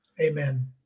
Amen